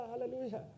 hallelujah